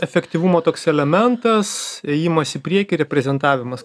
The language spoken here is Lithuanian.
efektyvumo toks elementas ėjimas į priekį reprezentavimas